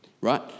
right